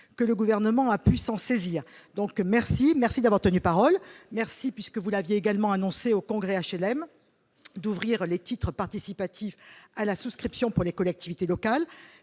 que le gouvernement a pu s'en saisir, donc merci, merci d'avoir tenu parole merci puisque vous l'aviez également annoncé au congrès HLM d'ouvrir les titres participatifs à la souscription pour les collectivités locales,